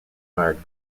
fired